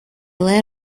led